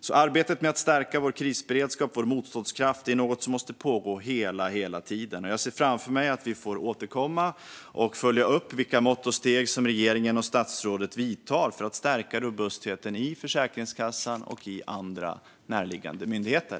Arbetet med att stärka vår krisberedskap och motståndskraft måste pågå hela tiden. Jag ser framför mig att vi får återkomma och följa upp vilka mått och steg som regeringen och statsrådet vidtar för att stärka robustheten hos Försäkringskassan och andra närliggande myndigheter.